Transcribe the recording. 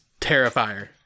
Terrifier